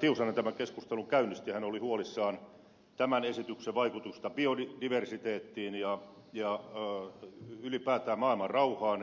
tiusanen tämän keskustelun käynnisti hän oli huolissaan tämän esityksen vaikutuksesta biodiversiteettiin ja ylipäätään maailmanrauhaan